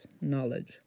knowledge